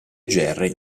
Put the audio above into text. jerry